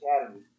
Academy